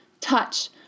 touch